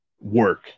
work